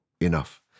enough